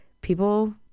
people